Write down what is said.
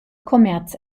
kommerz